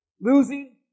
losing